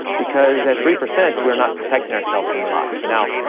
because at three percent we're not protecting ourselves from a lot. now,